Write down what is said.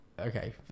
Okay